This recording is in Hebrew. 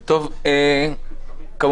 לריק, תוסיף את המילה לריק.